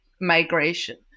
migration